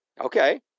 Okay